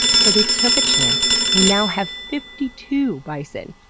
so they took a chance. they now have fifty two bison.